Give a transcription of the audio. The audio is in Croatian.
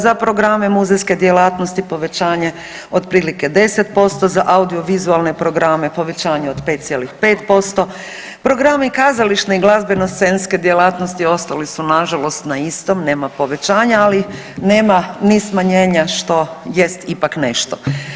Za programe muzejske djelatnosti povećanje otprilike 10%, za audio vizualne programe povećanje od 5,5%, programi kazališne i glazbeno scenske djelatnosti ostali su nažalost na istom, nema povećanja ali nema ni smanjenja što jest ipak nešto.